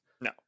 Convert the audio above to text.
No